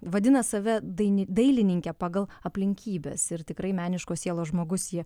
vadina save daini dailininke pagal aplinkybes ir tikrai meniškos sielos žmogus ji